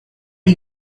you